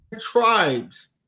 tribes